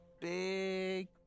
big